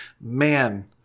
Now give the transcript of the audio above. Man